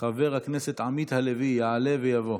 חבר הכנסת עמית הלוי יעלה ויבוא.